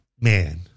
Man